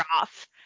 off